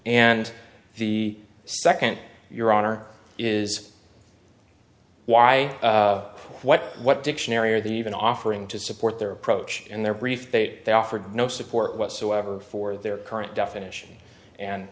and the second your honor is why what what dictionary are the even offering to support their approach in their brief eight they offered no support whatsoever for their current definition and